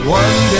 one